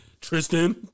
Tristan